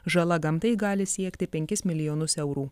žala gamtai gali siekti penkis milijonus eurų